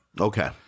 Okay